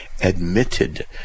admitted